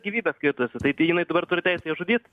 gyvybė skaitosi tai tai jinai dabar turi teisę ją žudyt